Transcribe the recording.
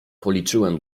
policzyłem